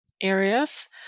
areas